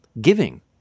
Giving